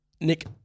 Nick